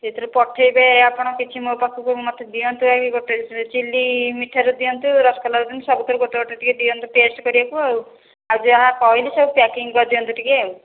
ସେଥିରୁ ପଠେଇବେ ଆପଣ କିଛି ମୋ ପାଖକୁ ମୋତେ ଦିଅନ୍ତୁ ଆଗ ଗୋଟେ ଚିଲି ମିଠାରୁ ଦିଅନ୍ତୁ ରସଗୋଲା ଦିଅନ୍ତୁ ସବୁଥିରୁ ଗୋଟେ ଗୋଟେ ଟିକେ ଦିଅନ୍ତୁ ଟେଷ୍ଟ କରିବାକୁ ଆଉ ଆଉ ଯାହା କହିଲି ସବୁ ପ୍ୟାକିଂ କରିଦିଅନ୍ତୁ ଟିକେ ଆଉ